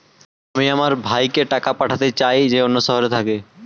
আমি আমার ভাইকে টাকা পাঠাতে চাই যে অন্য শহরে থাকে